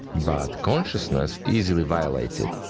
but consciousness easily violates it.